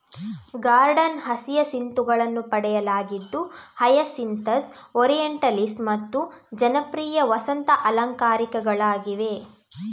garden ಹಸಿಯಸಿಂತುಗಳನ್ನು ಪಡೆಯಲಾಗಿದ್ದು Hyacinthus, orientalis ಮತ್ತು ಜನಪ್ರಿಯ ವಸಂತ ಅಲಂಕಾರಿಕಗಳಾಗಿವೆ